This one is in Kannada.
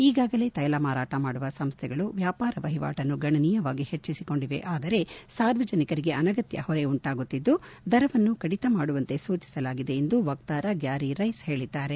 ಈಗಾಗಲೇ ತೈಲ ಮಾರಾಟ ಸಂಸ್ವೆಗಳು ವ್ಯಾಪಾರ ವಹಿವಾಟನ್ನು ಗಣನೀಯವಾಗಿ ಹೆಚ್ಚಿಸಿಕೊಂಡಿವೆ ಆದರೆ ಸಾರ್ವಜನಿಕರಿಗೆ ಅನಗತ್ತ ಹೊರೆ ಉಂಟಾಗುತ್ತಿದ್ದು ದರವನ್ನು ಕಡಿತ ಮಾಡುವಂತೆ ಸೂಚಿಸಿದೆ ಎಂದು ವಕ್ತಾರ ಗ್ವಾರಿ ರ್ಲೆಸ್ ಹೇಳಿದ್ದಾರೆ